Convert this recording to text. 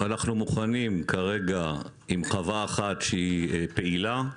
כרגע אנחנו מוכנים עם חווה פעילה אחת,